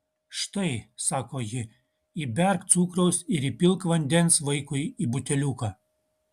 štai sako ji įberk cukraus ir įpilk vandens vaikui į buteliuką